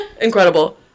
Incredible